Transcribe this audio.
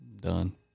done